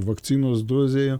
vakcinos dozėje